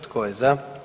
Tko je za?